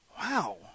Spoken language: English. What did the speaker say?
Wow